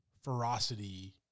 ferocity